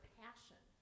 passion